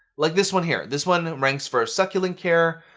like this one here. this one ranks for succulent care,